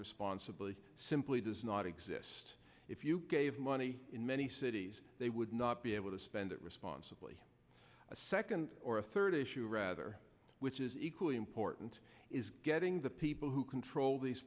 responsibly simply does not exist if you gave money in many cities they would not be able to spend it responsibly a second or third issue rather which is equally important is getting the people who control these